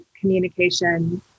communication